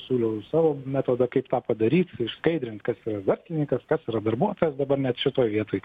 siūliau ir savo metodą kaip tą padaryti išskaidrinti kas yra verslininkas kas yra darbuotojas dabar net šitoj vietoj